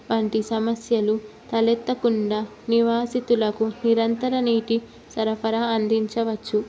వంటి సమస్యలు తలెత్తకుండా నివాసితులకు నిరంతర నీటి సరఫరా అందించవచ్చు